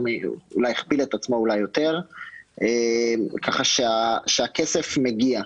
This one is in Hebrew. אולי הכפיל את עצמו ואולי יותר כך שהכסף מגיע.